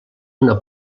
una